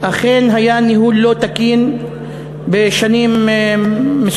אכן היה ניהול לא תקין בשנים מסוימות.